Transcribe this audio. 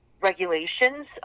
regulations